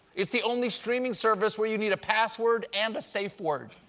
it's the only streaming service where you need a password and a safe word.